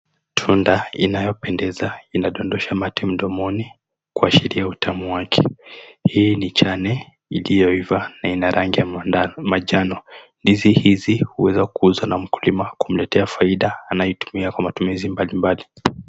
Tunda inayopendeza inadondosha mate mdomoni kuashiria utamu wake. Hii ni chane iliyoiva na ina rangi ya manjano. Ndizi hizi huweza kuuzwa na mkulima kumletea faida anayotumia kwa matumizi mbalimbali.